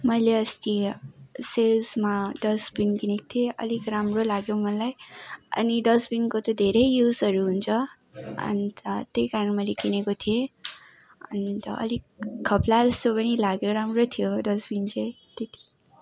मैले अस्ति सेल्समा डस्टबिन किनेको थिएँ अलिक राम्रो लाग्यो मलाई अनि डस्टबिनको त धेरै युजहरू हुन्छ अन्त त्यही कारण मैले किनेको थिएँ अन्त अलिक खप्ला जस्तो पनि लाग्यो राम्रो थियो डस्टबिन चाहिँ त्यति